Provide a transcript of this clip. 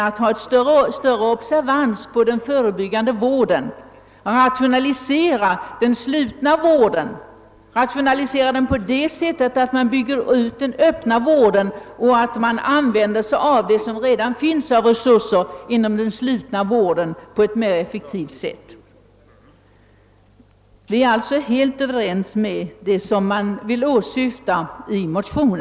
Det gäller att lägga större observans på den förebyggande vården och rationalisera den slutna vården — rationalisera den på det sättet att man bygger ut den öppna vården och använder de resurser som redan finns inom den slutna vården på ett mer effektivt sätt. Vi är alltså helt överens när det gäller det syfte som anges i motionerna.